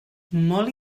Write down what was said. molt